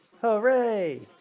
Hooray